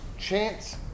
chance